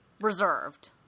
reserved